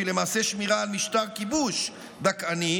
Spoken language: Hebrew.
שהיא למעשה שמירה על משטר כיבוש דכאני,